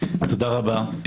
תודה רבה.